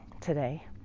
today